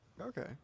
Okay